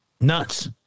Nuts